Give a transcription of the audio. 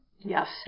yes